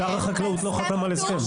שר החקלאות לא חתם על הסכם.